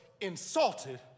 insulted